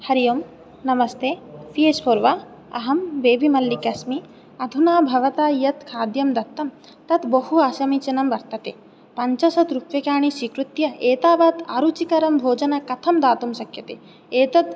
हरि ओम् नमस्ते F H four वा अहं बेबीमल्लिकस्मि अधुना भवता यत् खाद्यं दत्तं तत् बहु असमीचीनं वर्तते पञ्चाशत् रूप्यकाणि स्वीकृत्य एतावत् अरुचिकरं भोजन कथं दातुं शक्यते एतद्